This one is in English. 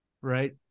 right